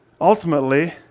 ultimately